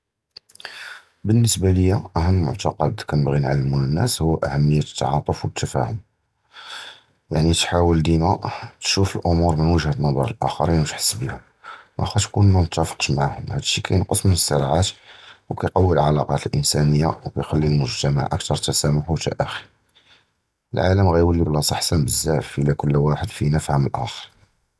בְּנְסְבַּא לִיָא אַהַמּ מֻעְתַקַד כִּנְבְּגִי נְעַלְּמוּ לַנָּאס הוּוּ אַחַמִּיַּאת הַתַּעְטּוּף וְהַתִּפְהּוּם, יַעְנִי תְּחַاوַּל דִּימָא, תִּשּׁוּף הַאוּמוּר מִן וּגְ'הַת נָזַר דִיָּאל אֶל-אַחְרִין וְתַּחְס בְּהּוּם, וְלָקִין תִּקוּן מַמְתַפְּקִיש מַעַהוּם, הַדָּא שִׁי כִּיַּנְקַּס מִן אֶל-סִרָאּעַאת וְכִיַּקְוִי אֶל-עֲלָאקָּאת הָאִנְסָאנִיָּה וְכִיַּחְלִי הַמֻּגְתְמַע אַקְּתַר תְּסַאמַּח וְתַאְחִי, הָעָלַם יִקוּן בְּלַאסָה אַחְסַן בְּזַבַּא אִלָּא כּוּלּ וַחְד פִינָא פִהַּם אֶת הַאַחְר.